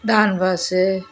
டான்பாஸ்ஸு